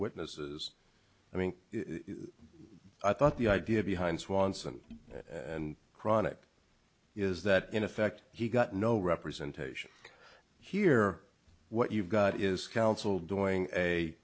witnesses i mean i thought the idea behind swanson and chronic is that in effect he got no representation here what you've got is counsel doing a